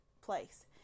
place